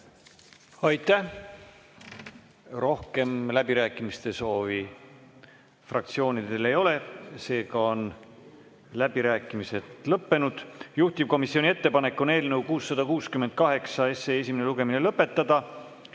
Aitäh! Rohkem läbirääkimiste soovi fraktsioonidel ei ole, seega on läbirääkimised lõppenud. Juhtivkomisjoni ettepanek on eelnõu 668 esimene lugemine lõpetada